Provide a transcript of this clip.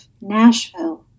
Nashville